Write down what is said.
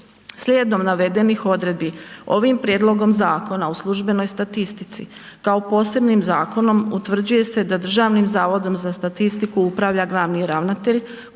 Slijedom navedenih odredbi ovim prijedlogom Zakona o službenoj statistici kao posebnim zakonom utvrđuje se da DZS-om upravlja glavni ravnatelj